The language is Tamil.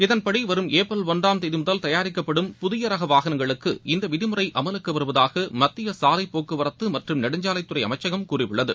இதன்படி வரும் ஏப்ரல் ஆன்றாம் தேதி முதல் தயாரிக்கப்படும் புதிய ரக வாகனங்களுக்கு இந்த விதிமுறை அமலுக்கு வருவதாக மத்திய சாலைப் போக்குவரத்து மற்றம் நெடுஞ்சாலைத்துறை அமைச்சகம் கூறியுள்ளது